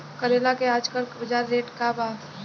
करेला के आजकल बजार रेट का बा?